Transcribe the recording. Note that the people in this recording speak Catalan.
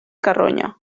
carronya